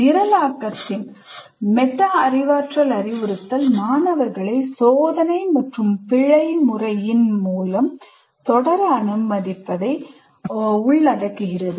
நிரலாக்கத்தின் meta அறிவாற்றல் அறிவுறுத்தல் மாணவர்களை சோதனை மற்றும் பிழை முறையின் மூலம் தொடர அனுமதிப்பதை உள்ளடக்குகிறது